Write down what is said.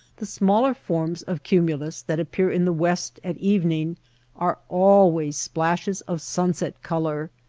the smaller forms of cumulus that appear in the west at evening are always splashes of sunset color,